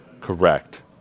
correct